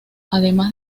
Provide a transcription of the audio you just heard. además